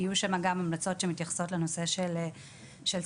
יהיו שם גם המלצות שמתייחסות לנושא של שכר,